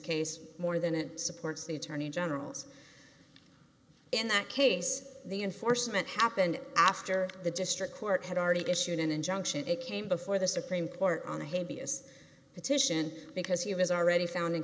case more than it supports the attorney generals in that case the enforcement happened after the district court had already issued an injunction it came before the supreme court on a hate b s petition because he was already found